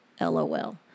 LOL